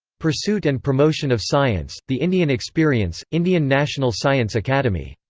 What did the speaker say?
pursuit and promotion of science the indian experience, indian national science academy.